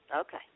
Okay